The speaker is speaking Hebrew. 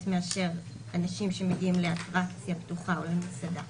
מאשר אנשים שמגיעים לאטרקציה פתוחה או למסעדה.